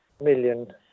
million